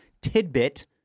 tidbit